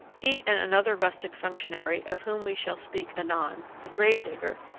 he and another rustic functionary, of whom we shall speak anon, the grave-digger,